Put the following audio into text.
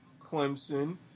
Clemson